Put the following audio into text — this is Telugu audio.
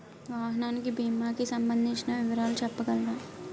వాహనానికి భీమా కి సంబందించిన వివరాలు చెప్పగలరా?